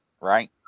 right